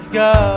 go